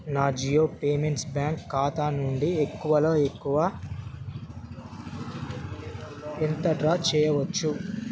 నా Jio payments bank ఖాతా నుండి ఎక్కువలో ఎక్కువ ఎంత డ్రా చెయ్యవచ్చు